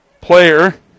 player